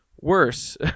worse